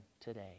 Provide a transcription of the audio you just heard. today